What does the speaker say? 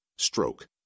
Stroke